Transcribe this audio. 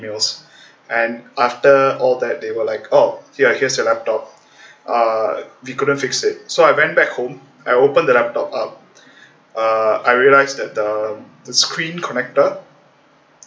and after all that they will like oh here's here's your laptop uh we couldn't fix it so I went back home I open that laptop up uh I realised that the the screen connector